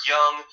Young